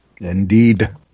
Indeed